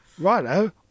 Righto